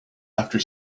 after